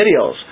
videos